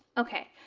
ok,